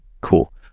cool